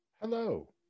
Hello